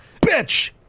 bitch